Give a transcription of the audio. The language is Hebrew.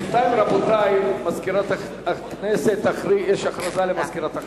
בינתיים, רבותי, הודעה למזכירת הכנסת.